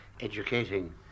educating